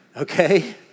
okay